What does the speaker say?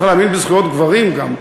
צריך להאמין בזכויות גברים גם,